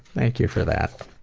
thank you for that.